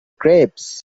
grapes